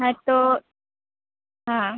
હા તો હા